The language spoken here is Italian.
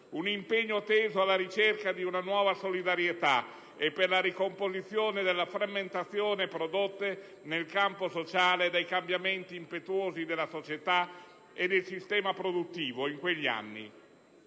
Un impegno teso alla ricerca di una nuova solidarietà ed alla ricomposizione delle frammentazioni prodotte nel campo sociale dai cambiamenti impetuosi della società e del sistema produttivo in quegli anni,